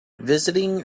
visiting